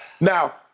Now